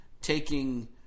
taking